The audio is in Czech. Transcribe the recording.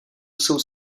jsou